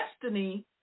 destiny